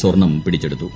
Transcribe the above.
സ്വർണ്ണം പിടിച്ചെടുത്തു